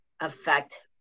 affect